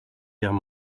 guerre